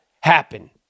happen